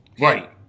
Right